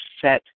set